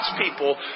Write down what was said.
people